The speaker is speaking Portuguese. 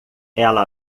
ela